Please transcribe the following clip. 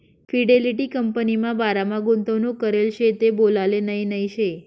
Fidelity कंपनीमा बारामा गुंतवणूक करेल शे ते बोलाले नही नही शे